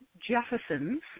Jefferson's